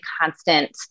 constant